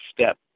step